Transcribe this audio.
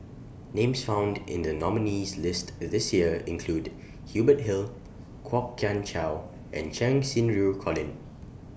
Names found in The nominees' list This Year include Hubert Hill Kwok Kian Chow and Cheng Xinru Colin